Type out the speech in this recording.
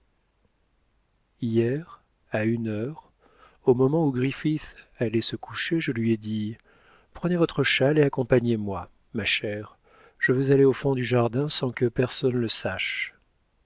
hier à une heure au moment où griffith allait se coucher je lui ai dit prenez votre châle et accompagnez-moi ma chère je veux aller au fond du jardin sans que personne le sache